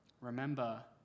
remember